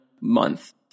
month